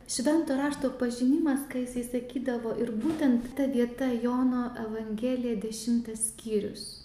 švento rašto pažinimas kai jisai sakydavo ir būtent ta vieta jono evangelija dešimtas skyrius